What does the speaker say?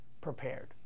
prepared